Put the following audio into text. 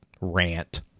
rant